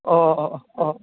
अह अह अह अह